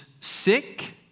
sick